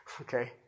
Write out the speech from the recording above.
Okay